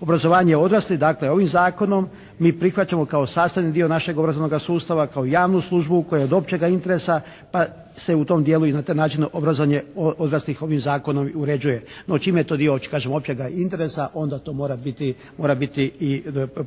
Obrazovanje odraslih, dakle ovim zakonom mi prihvaćamo kao sastavni dio našeg obrazovnog sustava kao javnu službu koja je od općega interesa pa se u tom dijelu i na taj način obrazovanje odraslih ovim zakonom i uređuje. No, čim je to kažem općega interesa onda to mora biti,